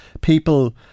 people